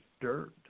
dirt